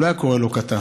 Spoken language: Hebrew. הוא לא היה קורא לו קטן,